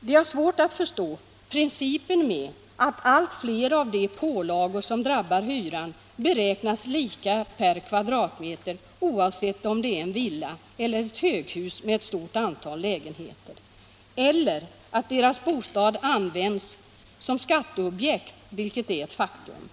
De har svårt att förstå principen att allt fler av de pålagor som drabbar hyran beräknas lika per kvadratmeter, oavsett om det är en villa eller ett höghus med ett stort antal lägenheter, eller att deras bostad används som skatteobjekt, vilket är ett faktum.